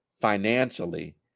financially